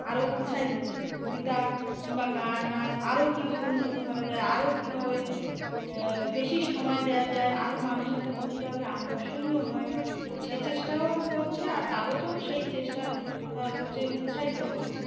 আরও উৎসাহী হচ্ছে কবিতা কিংবা গান নাচ আরও কীভাবে উন্নত করা যায় আরও কীভাবে বেশি সময় দেওয়া যায় আরও মানুষের কাছে কীভাবে আকর্ষণীয় হয় সে চেষ্টাও করছে আর কাগজও সেই চেষ্টা হচ্ছে উৎসাহিত করছে